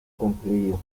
concluido